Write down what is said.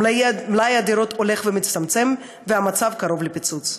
מלאי הדירות הולך ומצטמצם והמצב קרוב לפיצוץ.